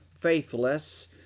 faithless